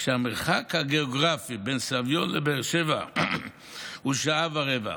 כשהמרחק הגיאוגרפי בין סביון לבאר שבע הוא שעה ורבע,